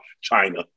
China